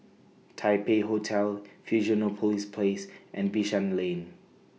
Taipei Hotel Fusionopolis Place and Bishan Lane